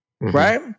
right